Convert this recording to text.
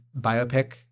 biopic